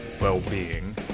well-being